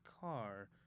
car